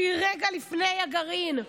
שהיא רגע לפני הגרעין,